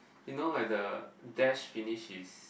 you know where the Dash finished his